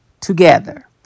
together